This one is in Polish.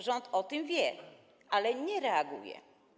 Rząd o tym wie, ale nie reaguje.